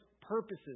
purposes